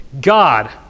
God